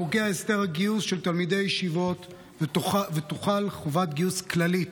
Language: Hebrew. פוקע הסדר הגיוס של תלמידי הישיבות ותוחל חובת גיוס כללית.